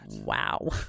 Wow